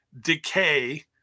Decay